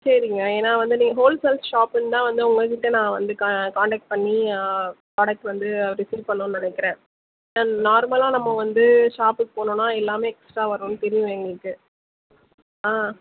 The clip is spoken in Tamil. சரிங்க ஏன்னா வந்து நீங்கள் ஹோல் சேல் ஷாப்பிங்தான் வந்து உங்கள் கிட்டே நான் வந்து காண்டக்ட் பண்ணி ப்ராடக்ட் வந்து ரிஸீவ் பண்ணணுன்னு நினைக்கிறன் நார்மலாக நாம் வந்து ஷாப்புக்கு போனோம்னா எல்லாம் எக்ஸ்ட்ரா வரும்னு தெரியும் எங்களுக்கு ஆ